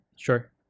Sure